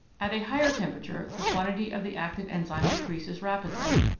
at a higher temperature the quantity of the active enzyme decreases rapidly,